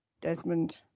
Desmond